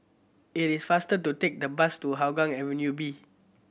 it is faster to take the bus to Hougang Avenue B